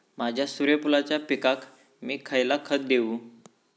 माझ्या सूर्यफुलाच्या पिकाक मी खयला खत देवू?